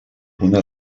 una